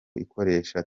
ikoresheje